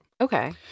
Okay